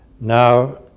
Now